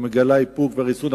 שמגלה איפוק וריסון,